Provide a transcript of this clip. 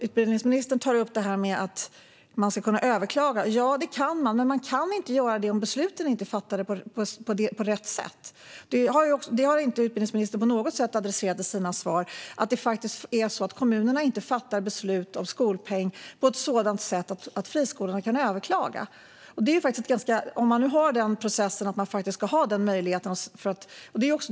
Utbildningsministern tar upp detta att man kan överklaga. Ja, det kan man. Men man kan inte göra det om besluten inte är fattade på rätt sätt. Många kommuner fattar inte beslut om skolpeng på ett sådant sätt att friskolorna kan överklaga, och detta har inte utbildningsministern på något sätt adresserat i sina svar. Vi har ju en process där man ska ha möjlighet att överklaga.